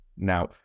Now